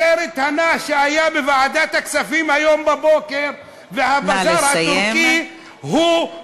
הסרט הנע שהיה בוועדת הכספים היום בבוקר והבזאר הטורקי,